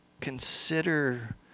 Consider